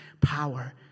power